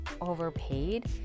overpaid